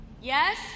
Yes